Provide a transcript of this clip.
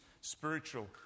spiritual